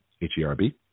H-E-R-B